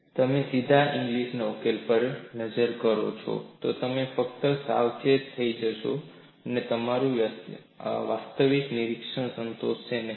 તમે સીધા ઇંગ્લિસ ઉકેલમાં પર નજર કરો છો તો તમે ફક્ત સાવચેત થઈ જશો અને તે તમારું વાસ્તવિક નિરીક્ષણ સંતોષશે નહીં